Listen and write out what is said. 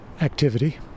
activity